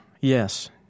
yes